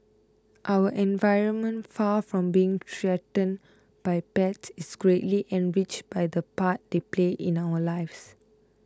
our environment far from being threatened by pets is greatly enriched by the part they play in our lives